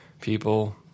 people